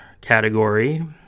category